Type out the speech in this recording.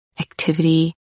activity